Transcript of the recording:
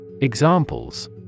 Examples